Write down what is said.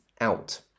out